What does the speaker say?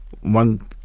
one